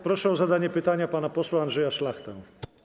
Proszę o zadanie pytania pana posła Andrzeja Szlachtę.